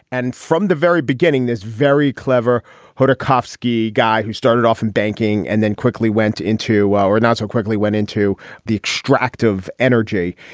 and from the very beginning, this very clever ho tarkovsky guy who started off in banking and then quickly went into wow or not so quickly went into the extractive energy,